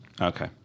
Okay